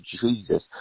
Jesus